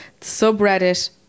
subreddit